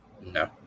No